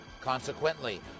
Consequently